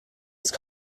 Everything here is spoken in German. ist